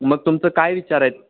मग तुमचं काय विचार आहे